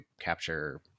capture